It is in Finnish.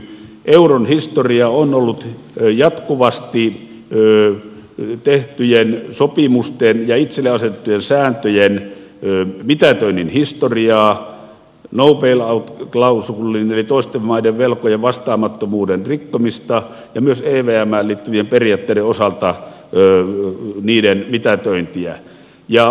euron historia on ollut jatkuvasti tehtyjen sopimusten ja itselle asetettujen sääntöjen mitätöinnin historiaa no bail out klausuulin eli toisten maiden velkojen vastaamattomuuden rikkomista ja myös evmään liittyvien periaatteiden osalta niiden mitätöintiä